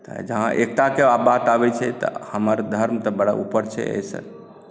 तऽ जहाँ एकताके बात आबै छै तऽ हमर धर्म तऽ बड़ा ऊपर छै एहिसँ